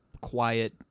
quiet